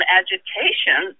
agitation